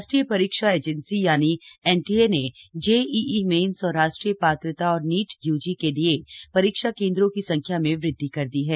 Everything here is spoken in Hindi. राष्ट्रीय परीक्षा एजेंसी एनटीए ने जेईई मेन्स और राष्ट्रीय पात्रता और नीट यूजी के लिए परीक्षा केन्द्रो की संख्या में वृद्वि कर दी है